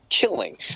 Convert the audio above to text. killing